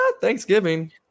Thanksgiving